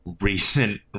recent